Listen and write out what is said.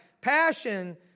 passion